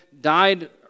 died